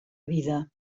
vida